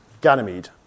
Ganymede